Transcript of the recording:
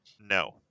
No